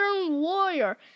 warrior